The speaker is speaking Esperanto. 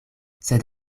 sed